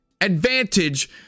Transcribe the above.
advantage